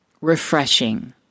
refreshing